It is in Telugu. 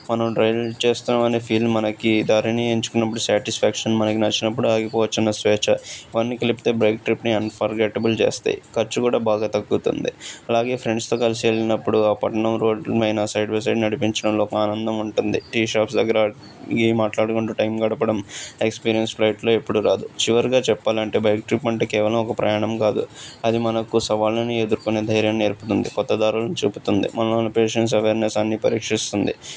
మనం డ్రైవ్ చేస్తున్నామనే ఫీలింగ్ మనకి దారిని ఎంచుకున్నప్పుడు స్యాటిస్ఫాక్షన్ మనకి నచ్చినప్పుడు ఆగిపోవచ్చు అన్న స్వేచ్ఛ ఇవన్నీ కలిపితే బైక్ ట్రిప్ని అన్ఫర్గెట్టబుల్ చేస్తాయి ఖర్చు కూడా బాగా తగ్గుతుంది అలాగే ఫ్రెండ్స్తో కలిసి వెళ్ళినప్పుడు ఆ పట్నం రోడ్లమీడ సైడ్ బై సైడ్ నడిపించడంలో ఒక ఆనందం ఉంటుంది టీ షాప్స్ దగ్గర ఇవి మాట్లాడుకుంటూ టైమ్ గడపడం ఆ ఎక్స్పీరియన్స్ ఫ్లైట్లో ఎప్పుడూ రాదు చివరిగా చెప్పాలంటే బైక్ ట్రిప్ అంటే కేవలం ఒక ప్రయాణం కాదు అది మనకు సవాళ్ళని ఎదుర్కొనే ధైర్యం నేర్పుతుంది కొత్తదారులను చూపుతుంది మనలో ఉన్న పేషన్స్ అవేర్నెస్ అన్ని పరీక్షిస్తుంది